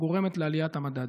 הגורמת לעליית המדד?